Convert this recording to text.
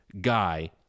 guy